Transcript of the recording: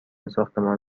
ساختمان